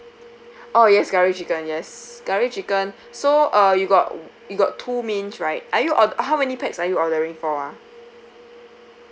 oh yes curry chicken yes curry chicken so uh you got you got two mains right are you or~ how many pax are you ordering for ah